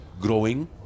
growing